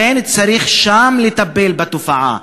לכן, צריך שם לטפל בתופעה.